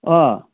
অঁ